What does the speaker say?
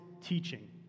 teaching